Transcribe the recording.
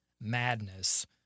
madness